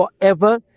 forever